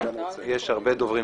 יש הרבה דוברים.